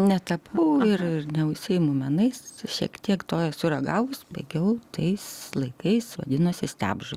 netapau ir neužsiimu menais šiek tiek to esu ragavus baigiau tais laikais vadinosi stabžu